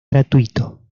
gratuito